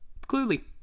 Clearly